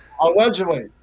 Allegedly